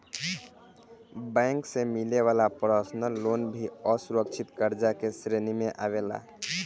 bank से मिले वाला पर्सनल लोन भी असुरक्षित कर्जा के श्रेणी में आवेला